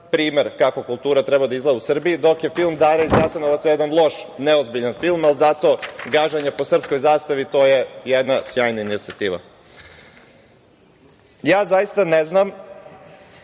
primer kako kultura treba da izgleda u Srbiji, dok je film „Dara iz Jasenovca“ jedan loš, neozbiljan film, ali je zato gaženje po srpskoj zastavi jedna sjajna inicijativa. Zaista ne znam,